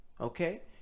Okay